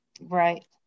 right